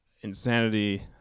insanity